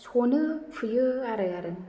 सनो फुयो आरो आरो